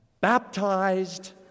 baptized